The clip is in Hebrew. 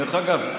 דרך אגב,